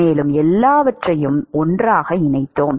மேலும் எல்லாவற்றையும் ஒன்றாக இணைத்தோம்